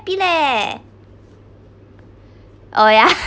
happy leh uh yeah